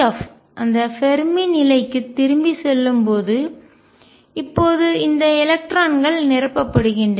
அந்த ஃபெர்மி நிலைக்குத் திரும்பிச் செல்லும்போது இப்போது இந்த எலக்ட்ரான்கள் நிரப்பப்படுகின்றன